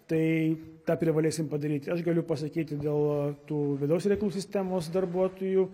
tai tą privalėsim padaryti aš galiu pasakyti dėl tų vidaus reikalų sistemos darbuotojų